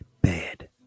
Bad